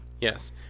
yes